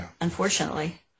unfortunately